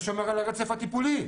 זה שומר על הרצף הטיפולי.